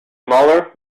smaller